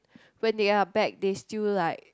when they are back they still like